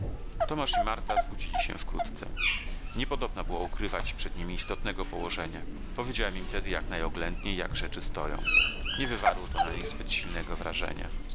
tomasz i marta zbudzili się wkrótce niepodobna było ukrywać przed nimi istotnego położenia powiedziałem im tedy jak najoględniej jak rzeczy stoją nie wywarło to na nich zbyt silnego wrażenia